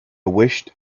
wished